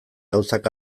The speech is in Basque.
gauzak